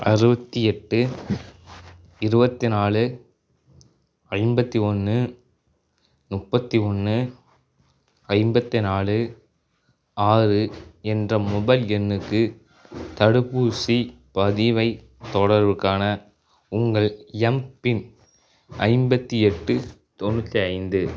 அறுபத்தி எட்டு இருபத்தி நாலு ஐம்பத்தி ஒன்று முப்பத்தி ஒன்று ஐம்பத்தி நாலு ஆறு என்ற மொபைல் எண்ணுக்கு தடுப்பூசிப் பதிவைத் தொடர்வதற்கான உங்கள் எம்பின் ஐம்பத்தி எட்டு தொண்ணூற்றி ஐந்து